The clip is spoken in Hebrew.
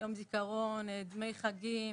יום זיכרון, דמי חגים